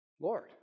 Lord